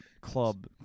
Club